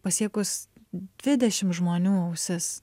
pasiekus dvidešim žmonių ausis